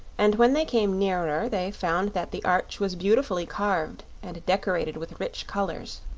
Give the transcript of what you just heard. and when they came nearer they found that the arch was beautifully carved and decorated with rich colors.